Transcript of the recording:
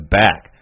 back